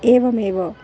एवमेव